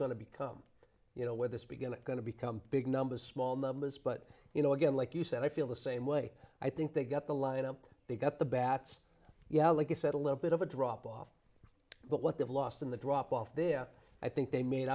to become you know with this begin to going to become big numbers small numbers but you know again like you said i feel the same way i think they've got the lineup they've got the bats yeah like i said a little bit of a drop off but what they've lost in the drop off there i think they made